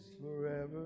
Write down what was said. forever